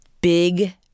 big